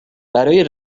برای